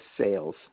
sales